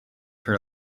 her